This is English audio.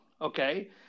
Okay